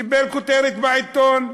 קיבל כותרת בעיתון.